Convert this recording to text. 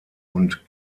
und